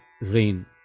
rain